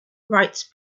writes